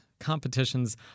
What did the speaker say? competitions